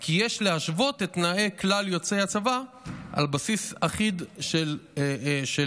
כי יש להשוות את תנאי כלל יוצאי הצבא על בסיס אחיד של שוויון,